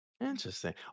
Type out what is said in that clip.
Interesting